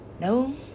no